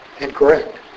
incorrect